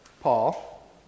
Paul